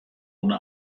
ohne